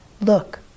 Look